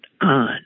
on